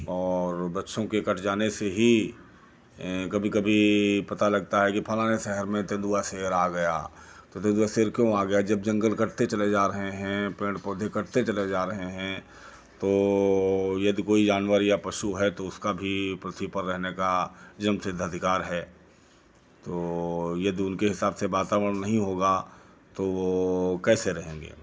और वृक्षों के कट जाने से ही कभी कभी पता लगता है कि फलाने शहर में तेंदुआ शेर आ गया तो तेंदुआ शेर क्यों आ गया जब जंगल कटते चले जा रहे हैं पेड़ पौधे कटते चले जा रहे हैं तो यदि कोई जानवर या पशु है तो उसका भी पृथ्वी पर रहने का जन्मसिद्ध अधिकार है तो यदि उनके हिसाब से वातावरण नहीं होगा तो वो कैसे रहेंगे